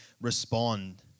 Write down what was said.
respond